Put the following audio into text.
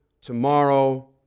tomorrow